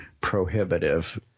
prohibitive